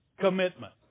commitment